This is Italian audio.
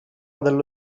dallo